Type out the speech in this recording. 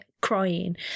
crying